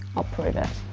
i'll prove it.